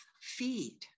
feed